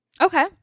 Okay